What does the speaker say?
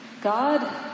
God